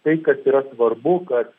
tai kas yra svarbu kad